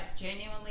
genuinely